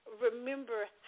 remember